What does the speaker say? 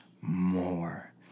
more